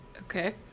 Okay